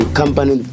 company